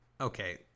Okay